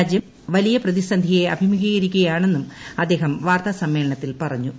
രാജ്യം വലിയ പ്രതിസന്ധിയെ അഭിമുഖീകരിക്കുകയാണ്ന്നും അദ്ദേഹം വാർത്താസമ്മേളനത്തിൽ പറഞ്ഞു്